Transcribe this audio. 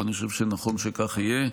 ואני חושב שנכון שכך יהיה.